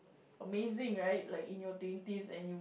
amazing right like in your twenties and you